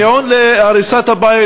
הטיעון להריסת הבית,